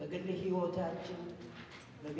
the the